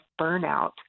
burnout